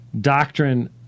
doctrine